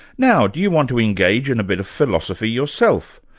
now do you want to engage in a bit of philosophy yourself?